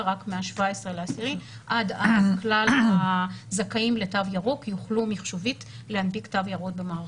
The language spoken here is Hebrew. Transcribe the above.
מה-17/10 על כלל הזכאים לתו ירוק שיוכלו מיחשובית להנפיק תו ירוק במערכות.